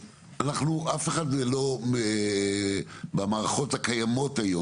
אף אחד שמתעסק עם המערכות הקיימות היום,